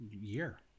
year